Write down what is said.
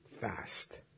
fast